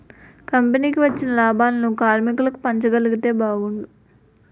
కంపెనీకి వచ్చిన లాభాలను కార్మికులకు పంచగలిగితే బాగున్ను